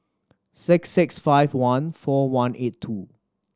six six five one four one eight two